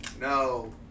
No